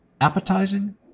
appetizing